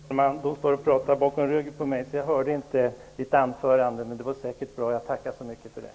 Fru talman! Eftersom några står och pratar bakom ryggen på mig, hörde jag inte riktigt Ulla Petterssons anförande. Men det var säkert bra, och jag tackar för det.